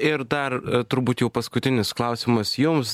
ir dar turbūt jau paskutinis klausimas jums